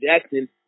Jackson